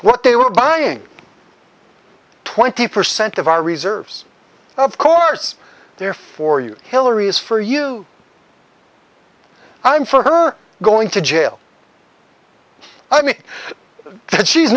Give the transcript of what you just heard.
what they were buying twenty percent of our reserves of course therefore you hillary's for you i'm for going to jail i mean that she's